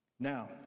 Now